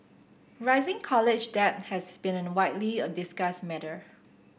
rising college debt has been a widely a discussed matter